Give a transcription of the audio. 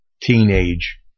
teenage